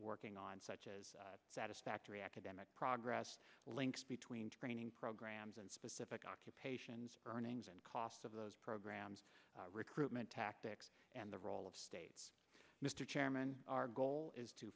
working on such as satisfactory academic progress links between training program and specific occupations earnings and costs of those programs recruitment tactics and the role of state mr chairman our goal is to